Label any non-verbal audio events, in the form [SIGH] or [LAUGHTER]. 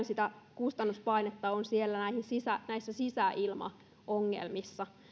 [UNINTELLIGIBLE] sitä kustannuspainetta on näissä sisäilmaongelmissa